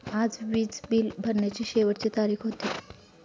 आज वीज बिल भरण्याची शेवटची तारीख होती